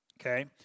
Okay